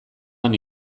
han